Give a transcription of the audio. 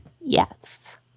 Yes